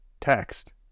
text